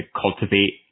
cultivate